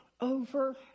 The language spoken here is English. over